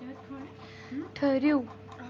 ٹھٕہرِو